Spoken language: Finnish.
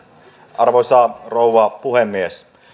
arvoisa rouva puhemies